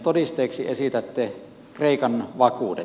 todisteeksi esitätte kreikan vakuudet